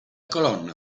colonna